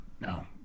No